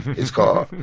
it's called,